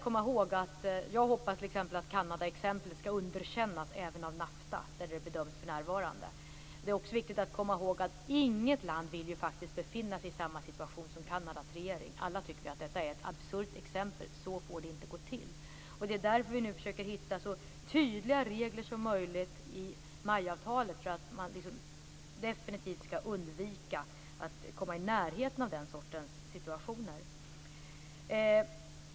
Jag hoppas att Kanadaexemplet skall underkännas även av NAFTA, där frågan bedöms för närvarande. Det är viktigt att komma ihåg att inget land faktiskt vill befinna sig i samma situation som Kanada. Alla tycker vi att detta är ett absurt exempel, så får det inte gå till. Därför försöker vi hitta så tydliga regler som möjligt i MAI avtalet för att man definitivt skall undvika att komma i närheten av den sortens situationer.